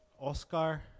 Oscar